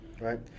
right